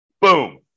Boom